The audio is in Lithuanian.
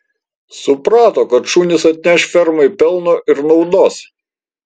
suprato kad šunys atneš fermai pelno ir naudos